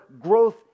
growth